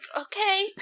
okay